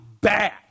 bad